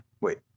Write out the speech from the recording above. wait